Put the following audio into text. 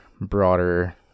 broader